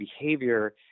behavior